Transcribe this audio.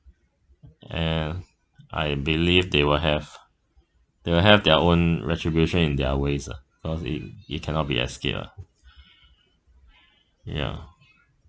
and I believe they will have they will have their own retribution in their ways lah cause it it cannot be escaped lah ya